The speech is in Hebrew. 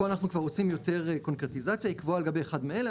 פה אנחנו כבר עושים קונקרטיזציה היא קבועה לגבי אחד מאלה,